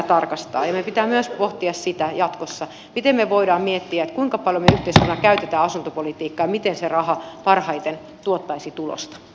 ja meidän pitää pohtia myös sitä jatkossa miten me voimme miettiä kuinka paljon me yhteiskuntana käytämme asuntopolitiikkaa ja miten se raha parhaiten tuottaisi tulosta